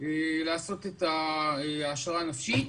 לעשות את ההעשרה הנפשית.